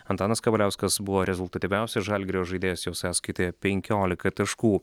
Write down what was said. antanas kavaliauskas buvo rezultatyviausias žalgirio žaidėjas jo sąskaitoje penkiolika taškų